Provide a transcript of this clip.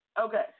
Okay